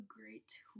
great